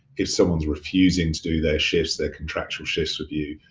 if someone's refusing to do their shifts, their contractual shifts with you,